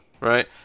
Right